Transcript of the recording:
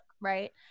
right